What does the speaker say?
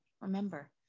Remember